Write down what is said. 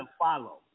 follow